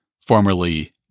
formerly